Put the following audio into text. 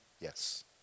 Yes